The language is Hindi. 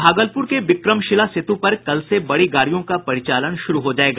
भागलपुर के विक्रमशिला सेतु पर कल से बड़ी गाड़ियों का परिचालन शुरू हो जायेगा